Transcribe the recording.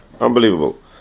Unbelievable